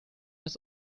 ist